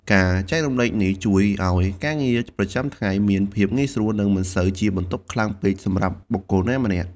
ការចែករំលែកនេះជួយឲ្យការងារប្រចាំថ្ងៃមានភាពងាយស្រួល និងមិនសូវជាបន្ទុកខ្លាំងពេកសម្រាប់បុគ្គលណាម្នាក់។